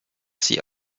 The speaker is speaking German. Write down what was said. sie